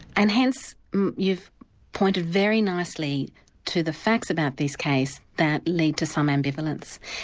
and hence you've pointed very nicely to the facts about this case that lead to some ambivalence.